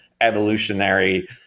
evolutionary